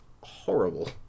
horrible